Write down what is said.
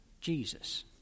Jesus